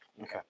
Okay